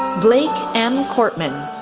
blayke m. kortman,